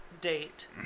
Date